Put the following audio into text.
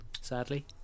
sadly